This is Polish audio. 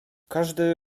każdy